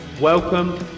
Welcome